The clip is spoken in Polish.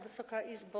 Wysoka Izbo!